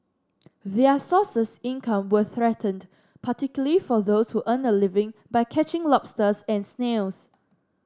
their sources income were threatened particularly for those who earn a living by catching lobsters and snails